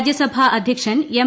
രാജ്യസഭാ അധ്യക്ഷൻ എം